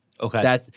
Okay